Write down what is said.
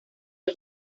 del